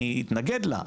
אני אתנגד לה,